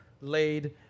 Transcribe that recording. laid